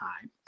time